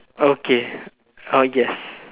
okay I'll guess